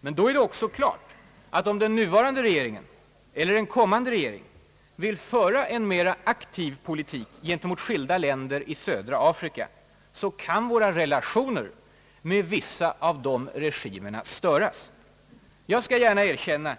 Men det är också klart att om den nuvarande regeringen, eller en kommande regering, vill föra en mer aktiv politik gentemot skilda länder i södra Afrika, så kan våra relationer med vissa av de regimerna störas. Jag skall gärna erkänna